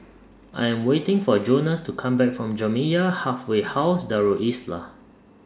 I Am waiting For Jonas to Come Back from Jamiyah Halfway House Darul Islah